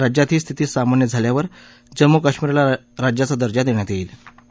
राज्यातही स्थिती सामान्य झाल्यावर जम्मू काश्मिरला राज्याचा दर्जा दप्यात यईंज